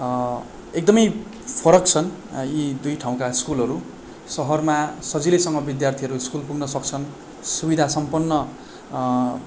एकदमै फरक छन् यी दुई ठाउँका स्कुलहरू सहरमा सजिलैसँग विद्यार्थीहरू स्कुल पुग्न सक्छन् सुविधासम्पन्न